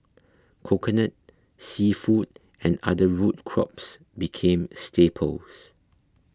Coconut Seafood and other root crops became staples